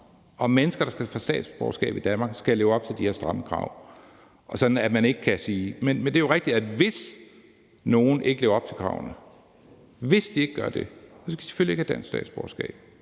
og mennesker, der skal kunne få statsborgerskab i Danmark, skal leve op til de her stramme krav. Men det er jo rigtigt, at hvis nogen ikke lever op til kravene, skal de selvfølgelig ikke have dansk statsborgerskab.